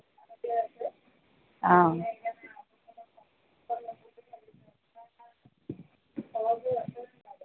অ